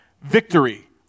victory